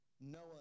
Noah